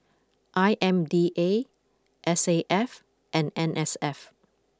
I M D A S A F and N S F